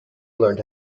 learned